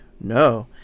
No